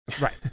Right